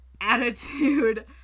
Attitude